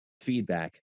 feedback